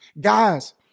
Guys